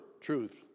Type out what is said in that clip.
truth